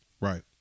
Right